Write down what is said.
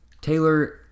Taylor